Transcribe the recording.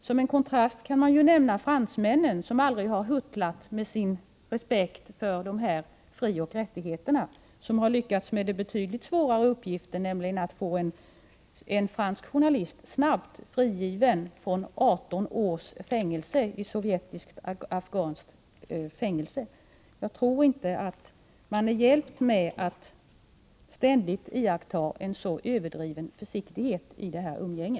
Som en kontrast kan man ju nämna fransmännen, som aldrig har huttlat med sin respekt för dessa frioch rättigheter och som har lyckats med en betydligt svårare uppgift, nämligen att få en fransk journalist snabbt frigiven från 18 års fängelse i ett sovjetiskt-afghanskt fängelse. Jag tror inte att man är hjälpt med att ständigt iaktta en så överdriven försiktighet i detta umgänge.